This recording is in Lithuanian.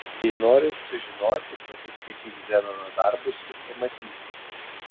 jei nori sužinoti pasiskaityk zenono darbus ir pamatysi